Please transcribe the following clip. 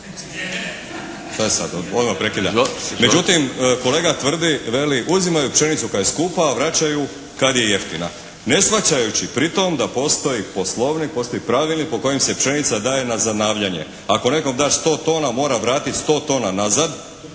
je sad? Odmah prekidam. No međutim kolega tvrdi, veli: "Uzimaju pšenicu kad je skupa, a vraćaju kad je jeftina" ne shvaćajući pri tom da postoji poslovnik, postoji pravilnik po kojem se rečenica daje na zanavljanje. Ako nekome daš 100 tona mora vratiti 100 tona nazad